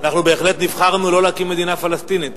אנחנו בהחלט נבחרנו לא להקים מדינה פלסטינית.